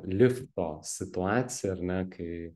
lifto situaciją ar ne kai